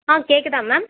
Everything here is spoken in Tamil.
ஆ கேட்குதா மேம்